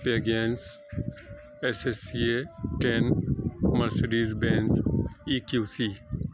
pagans S S C A ten Mercedes Benz E Q C